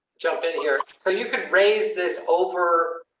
jump in here, so you can raise this over.